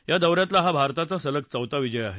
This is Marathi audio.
या दौऱ्यातला हा भारताचा सलग चौथा विजय आहे